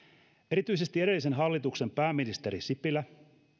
erityisesti edellisen hallituksen pääministeri sipilä